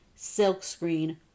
silkscreen